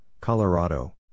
Colorado